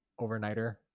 Overnighter